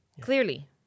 Clearly